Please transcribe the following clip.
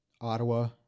Ottawa